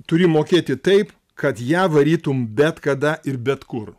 turi mokėti taip kad ją varytum bet kada ir bet kur